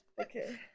Okay